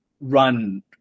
run